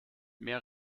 mehr